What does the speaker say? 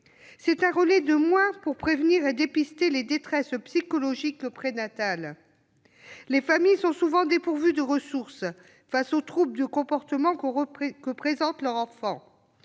C'est un relais de moins pour prévenir et dépister les détresses psychologiques prénatales. Les familles sont souvent dépourvues de ressources face aux troubles de comportement que présente leur enfant.